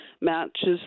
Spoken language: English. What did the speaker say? matches